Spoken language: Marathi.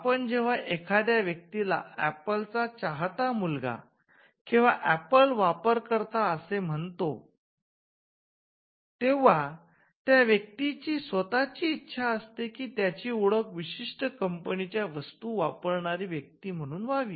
आपण जेव्हा एखाद्या व्यक्तीला 'ऍपल चा चाहता मुलगा' किंवा ऍपल वापरकर्ता' असे म्हणून संबोधतो तेंव्हा त्या व्यक्तीची स्वतःची इच्छा असते की त्याची ओळख विशिष्ट कंपनी च्या वस्तू वापरणारी व्यक्ती म्हणून व्हावी